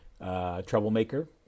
Troublemaker